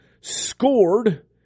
scored